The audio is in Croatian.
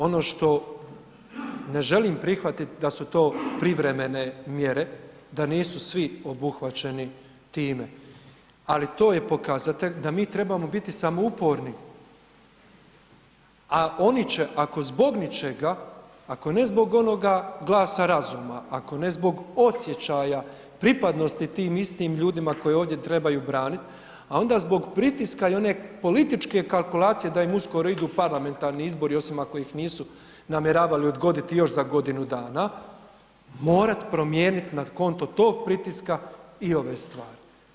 Ono što ne želim prihvatiti da su to privremene mjere, da nisu svi obuhvaćeni time, ali to je pokazatelj da mi trebamo biti samo uporni, a oni će ako zbog ničega, ako ne zbog onoga glasa razuma, ako ne zbog osjećaja pripadnosti tim istim ljudima koje ovdje trebaju braniti, a onda zbog pritiska i one političke kalkulacije da im uskoro idu parlamentarni izbori osim ako ih nisu namjeravali odgoditi još za godinu dana, morat promijenit na konto tog pritiska i ove stvari.